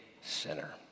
sinner